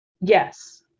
Yes